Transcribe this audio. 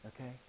okay